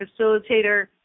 Facilitator